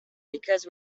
because